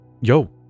Yo